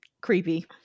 creepy